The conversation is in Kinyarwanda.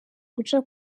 guca